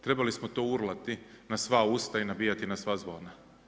Trebali smo to urlati na sva usta i nabijati na sva zvona.